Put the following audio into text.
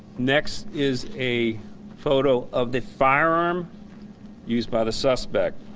next is a photo of the firearm used by the suspect.